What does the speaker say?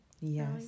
Yes